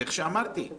כל